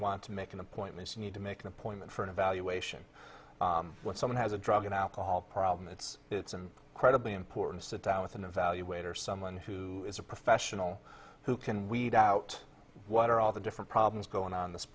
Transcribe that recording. want to make an appointment need to make an appointment for an evaluation when someone has a drug and alcohol problem it's it's an incredibly important sit down with an evaluator someone who is a professional who can weed out what are all the different problems going on this